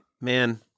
Man